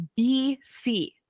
BC